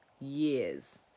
years